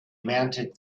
mounted